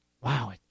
wow